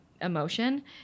emotion